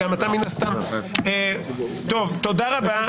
תודה רבה.